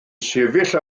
sefyll